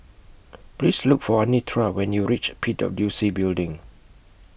Please Look For Anitra when YOU REACH P W C Building